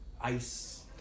ice